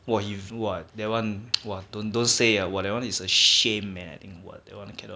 !wah! you !wah! that one !wah! don't don't say ah that one is a shame man !wah! that one I cannot